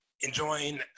enjoying